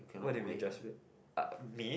what do you mean just wait uh me